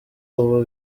ubu